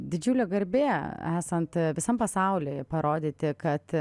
didžiulė garbė esant visam pasauliui parodyti kad